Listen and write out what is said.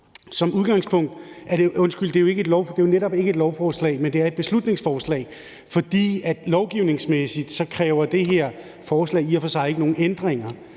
undskyld, det er jo netop ikke et lovforslag, men et beslutningsforslag, for lovgivningsmæssigt kræver det her forslag i og for sig ikke nogen ændringer,